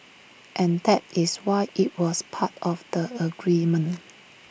and that is why IT was part of the agreement